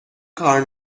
کار